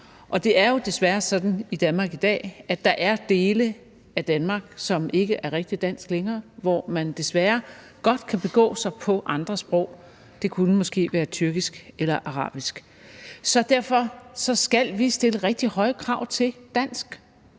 Og det er jo desværre sådan i Danmark i dag, at der er dele af Danmark, som ikke er rigtig danske længere, og hvor man desværre godt kan begå sig på andre sprog – det kunne måske være tyrkisk eller arabisk. Så derfor skal vi stille rigtig høje krav til